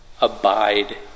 abide